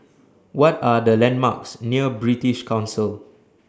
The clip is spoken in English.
What Are The landmarks near British Council